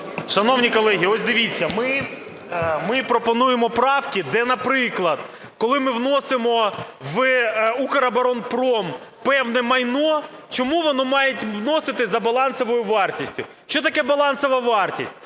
Шановні колеги, ось дивіться, ми пропонуємо правки, де, наприклад, коли ми вносимо в "Укроборонпром" певне майно, чому воно має вноситись за балансовою вартістю? Що таке балансова вартість?